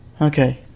Okay